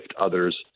others